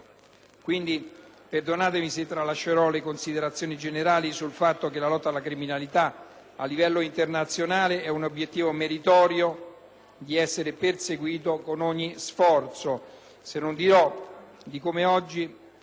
Russia. Perdonatemi se tralascerò le considerazioni generali sul fatto che la lotta alla criminalità a livello internazionale è un obiettivo meritorio di essere perseguito con ogni sforzo